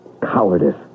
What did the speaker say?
cowardice